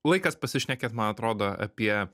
laikas pasišnekėt man atrodo apie